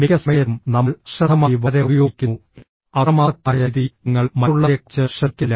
മിക്ക സമയത്തും നമ്മൾ അശ്രദ്ധമായി വളരെ ഉപയോഗിക്കുന്നു അക്രമാസക്തമായ രീതിയിൽ ഞങ്ങൾ മറ്റുള്ളവരെക്കുറിച്ച് ശ്രദ്ധിക്കുന്നില്ല